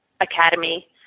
academy